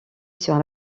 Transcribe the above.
sur